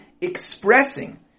expressing